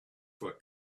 for